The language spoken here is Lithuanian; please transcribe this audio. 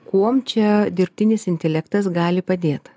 kuom čia dirbtinis intelektas gali padėt